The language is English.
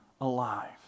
alive